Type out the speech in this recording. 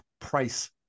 price